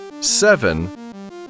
seven